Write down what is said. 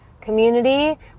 community